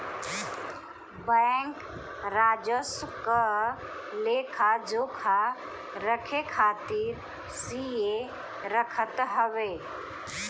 bank राजस्व क लेखा जोखा रखे खातिर सीए रखत हवे